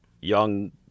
young